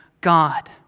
God